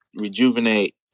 rejuvenate